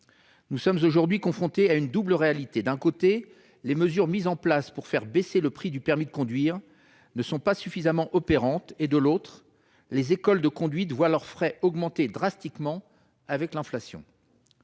Nous sommes aujourd'hui confrontés à une double réalité : d'un côté, les mesures mises en place pour faire baisser le prix du permis de conduire ne sont pas suffisamment opérantes ; de l'autre, les écoles de conduite voient leurs frais augmenter drastiquement du fait de l'inflation.